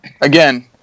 Again